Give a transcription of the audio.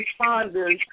responders